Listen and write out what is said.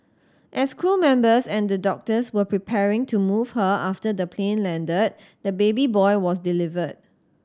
as crew members and the doctors were preparing to move her after the plane landed the baby boy was delivered